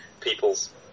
people's